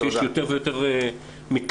שיש יותר ויותר מתלוננות,